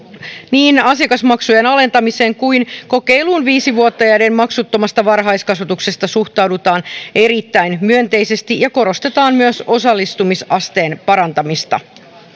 niin asiakasmaksujen alentamiseen kuin kokeiluun viisivuotiaiden maksuttomasta varhaiskasvatuksesta suhtaudutaan erittäin myönteisesti ja korostetaan myös osallistumisasteen parantamista